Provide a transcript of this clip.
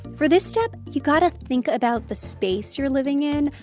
for this step, you've got to think about the space you're living in.